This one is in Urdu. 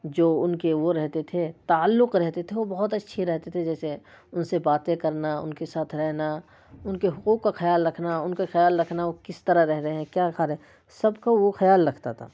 جو ان کے وہ رہتے تھے تعلق رہتے تھے وہ بہت اچھے رہتے تھے جیسے ان سے باتیں کرنا ان کے ساتھ رہنا ان کے حقوق کا خیال رکھنا ان کا خیال رکھنا وہ کس طرح رہ رہے ہیں کیا کھا رہے سب کو وہ خیال رکھتا تھا